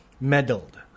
meddled